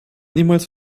niemals